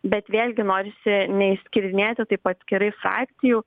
bet vėlgi norisi neišskyrinėti taip atskirai frakcijų